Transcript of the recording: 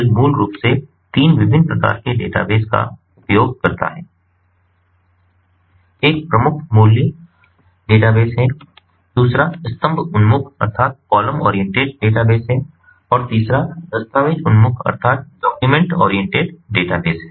NoSQL मूल रूप से 3 विभिन्न प्रकार के डेटाबेस का उपयोग करता है एक प्रमुख मूल्य डेटाबेस है दूसरा स्तंभ उन्मुख डेटाबेस है और तीसरा दस्तावेज़ उन्मुख डेटा बेस है